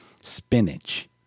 spinach